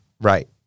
Right